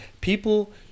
people